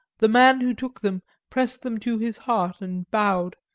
the man who took them pressed them to his heart and bowed,